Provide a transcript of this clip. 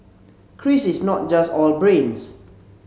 Chris is not just all brains